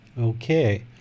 Okay